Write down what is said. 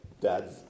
dad's